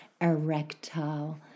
erectile